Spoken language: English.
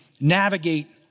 navigate